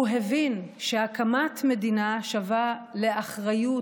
הוא הבין שהקמת מדינה שווה לאחריות